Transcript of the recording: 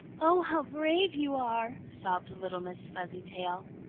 oh? how brave you are! sobbed little miss fuzzytail.